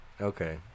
Okay